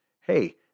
Hey